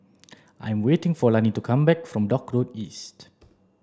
I'm waiting for Lannie to come back from Dock Road East